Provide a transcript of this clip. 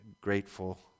grateful